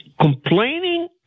complaining